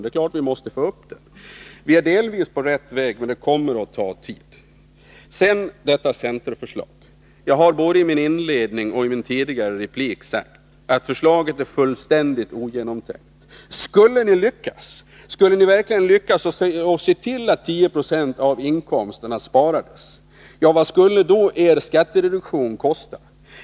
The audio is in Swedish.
Det är klart att vi måste få upp sparkvoten. Vi är delvis på rätt väg, men det kommer att ta tid. Jag har både i mitt inledningsanförande och i en replik sagt att centerns sparförslag är fullständigt ogenomtänkt. Skulle ni verkligen lyckas att se till att 10 70 av inkomsterna sparades, vad skulle då er skattereduktion kosta?